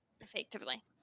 effectively